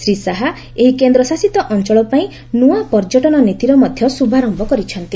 ଶ୍ରୀ ଶାହା ଏହି କେନ୍ଦ୍ରଶାସିତ ଅଞ୍ଚଳ ପାଇଁ ନୂଆ ପର୍ଯ୍ୟଟନ ନୀତିର ମଧ୍ୟ ଶୁଭାରମ୍ଭ କରିଛନ୍ତି